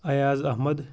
Ayaz Ahmad